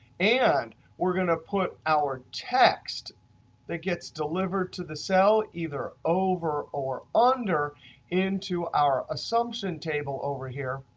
and we're going to put our text that gets delivered to the cell either over or under into our assumption table over here,